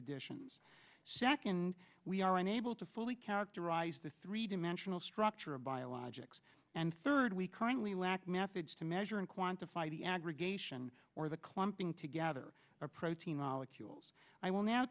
additions second we are unable to fully characterize the three dimensional structure of biologics and third we currently lack methods to measure and quantify the aggregation or the clumping together or protein molecules i will now